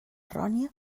errònia